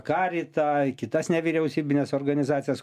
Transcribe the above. karį tą kitas nevyriausybines organizacijas